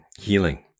healing